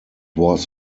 was